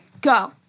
Go